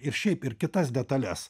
ir šiaip ir kitas detales